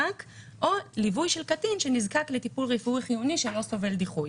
או ליווי של קטין שנזקק לטיפול רפואי חיוני שלא סובל דיחוי.